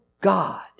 God